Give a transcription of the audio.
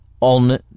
on